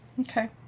Okay